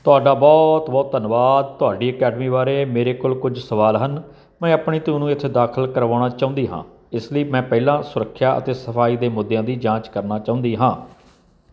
ਤੁਹਾਡਾ ਬਹੁਤ ਬਹੁਤ ਧੰਨਵਾਦ ਤੁਹਾਡੀ ਅਕੈਡਮੀ ਬਾਰੇ ਮੇਰੇ ਕੋਲ ਕੁਝ ਸਵਾਲ ਹਨ ਮੈਂ ਆਪਣੀ ਧੀ ਨੂੰ ਇੱਥੇ ਦਾਖਲ ਕਰਵਾਉਣਾ ਚਾਹੁੰਦੀ ਹਾਂ ਇਸ ਲਈ ਮੈਂ ਪਹਿਲਾਂ ਸੁਰੱਖਿਆ ਅਤੇ ਸਫਾਈ ਦੇ ਮੁੱਦਿਆਂ ਦੀ ਜਾਂਚ ਕਰਨਾ ਚਾਹੁੰਦੀ ਹਾਂ